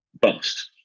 bust